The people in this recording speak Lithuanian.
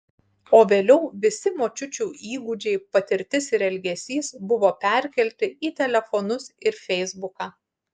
o vėliau visi močiučių įgūdžiai patirtis ir elgesys buvo perkelti į telefonus ir feisbuką